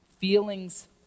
feelings